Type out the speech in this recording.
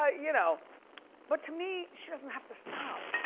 ah you know but to me, she doesn't have to stop.